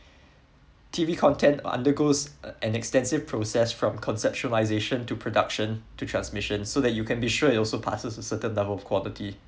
T_V content are undergoes an extensive process from conceptualization to production to transmission so that you can be sure it also passes a of certain level of quality